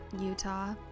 Utah